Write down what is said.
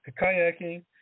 Kayaking